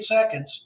seconds